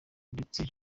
ndetse